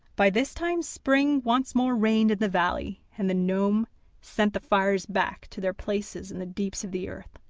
by this time spring once more reigned in the valley, and the gnome sent the fires back to their places in the deeps of the earth,